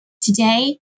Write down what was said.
Today